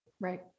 Right